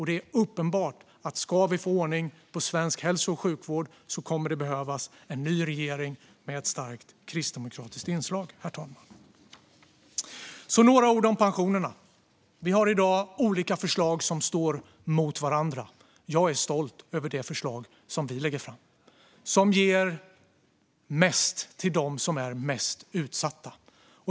Det är uppenbart att om vi ska få ordning på svensk hälso och sjukvård kommer det att behövas en ny regering med ett starkt kristdemokratiskt inslag, herr talman. Jag ska därefter säga några ord om pensionerna. Vi har i dag olika förslag som står mot varandra. Jag är stolt över det förslag som vi lägger fram och som ger mest till dem som är mest utsatta.